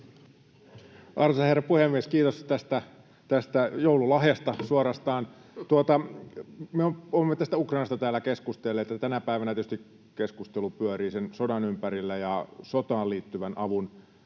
Arvoisa puhemies! Kiitos tästä joululahjasta suorastaan. Me olemme tästä Ukrainasta täällä keskustelleet tänä päivänä, ja tietysti keskustelu pyörii sen sodan ympärillä ja sotaan liittyvän avun